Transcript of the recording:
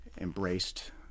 embraced